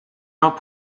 uns